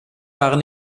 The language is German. waren